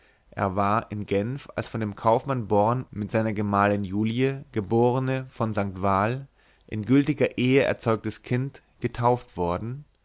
er war in genf als von dem kaufmann born mit seiner gemahlin julie geb v st val in gültiger ehe erzeugtes kind getauft worden